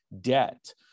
debt